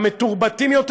המתורבתים יותר.